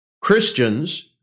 Christians